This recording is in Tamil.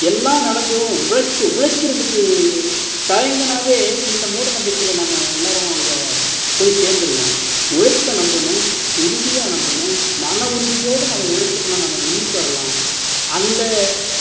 எல்லாம் நடந்தும் உழைக்க உழைக்கிறதுக்கு தயங்குனாவே இந்த மூட நம்பிக்கையில் நாம எல்லோரும் அங்க போய் சேர்ந்துருவோம் உழைப்பை நம்பணும் உறுதியாக நம்பணும் மன உறுதியோடு நாம உழைச்சோம்னா நம்ம முன்னுக்கு வரலாம் அந்த